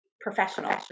Professional